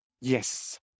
Yes